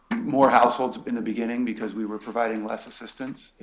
more households in the beginning, because we were providing less assistance